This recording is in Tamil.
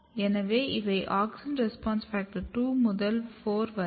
எனவே இவை AUXIN RESPONSE FACTOR 2 முதல் 4 ஆகும்